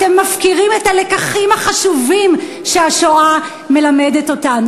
אתם מפקירים את הלקחים החשובים שהשואה מלמדת אותנו.